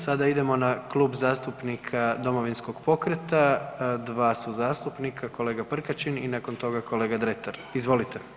Sada idemo na Klub zastupnika Domovinskog pokreta, dva su zastupnika, kolega Prkačin i nakon toga kolega Dretar, izvolite.